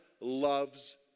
loves